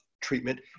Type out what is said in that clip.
treatment